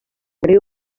riu